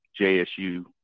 JSU